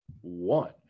one